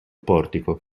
portico